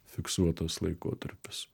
fiksuotas laikotarpis